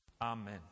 Amen